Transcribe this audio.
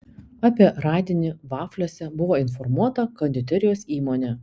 apie radinį vafliuose buvo informuota konditerijos įmonė